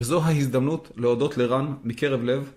וזו ההזדמנות להודות לרן מקרב לב.